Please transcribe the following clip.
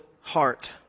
heart